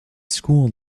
school